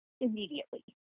immediately